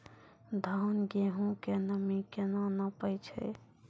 धान, गेहूँ के नमी केना नापै छै?